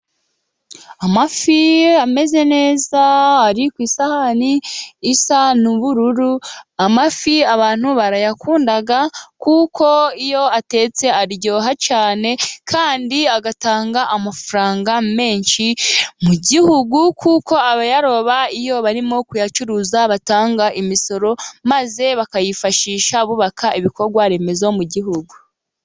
Amafi ameze neza, ari ku isahani isa n'ubururu, amafi abantu barayakunda kuko iyo atetse aryoha cyane, kandi agatanga amafaranga menshi mu Gihugu, kuko abayaroba iyo barimo kuyacuruza batanga imisoro, maze bakayifashisha bubaka ibikorwa remezo mu Gihugu.